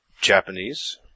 Japanese